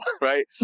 right